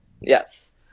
Yes